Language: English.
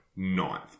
ninth